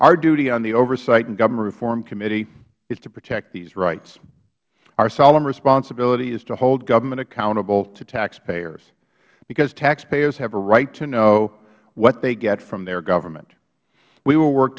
our duty on the oversight and government reform committee is to protect these rights our solemn responsibility is to hold government accountable to taxpayers because taxpayers have a right to know what they get from their government we will work